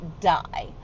die